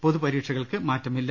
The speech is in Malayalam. പൊതുപ രീക്ഷകൾക്ക് മാറ്റമില്ല